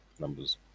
numbers